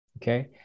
Okay